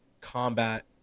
Combat